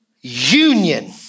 union